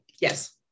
Yes